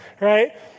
right